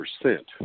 percent